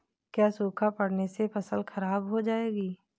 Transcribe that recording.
क्या सूखा पड़ने से फसल खराब हो जाएगी?